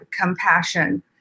compassion